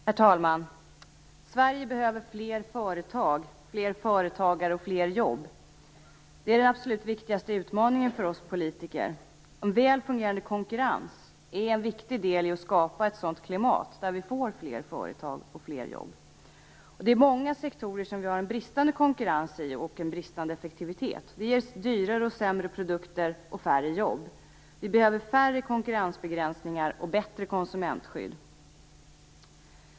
Herr talman! Sverige behöver fler företag, fler företagare och fler jobb. Det är den absolut viktigaste utmaningen för oss politiker. En väl fungerande konkurrens är en viktig del i att skapa ett sådant klimat där vi får fler företag och fler jobb. Vi har många sektorer med bristande konkurrens och bristande effektivitet. Det ger dyrare och sämre produkter och färre jobb. Vi behöver färre konkurrensbegränsningar och bättre konsumentskydd.